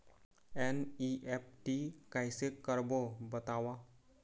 NEFT कैसे करबो बताव?